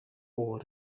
over